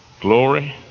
Glory